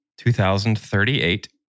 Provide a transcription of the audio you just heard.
2038